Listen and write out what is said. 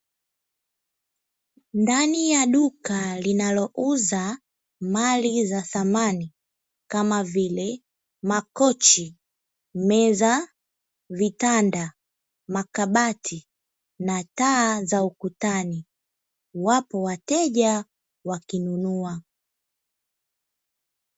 Ndani ya duka linalouza mali za thamani kama vile makochi, meza, vitanda, makabati na taa za ukutani, wapo wateja wakinunua.